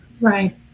Right